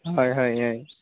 ହଏ ହଏ ହଏ